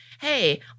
hey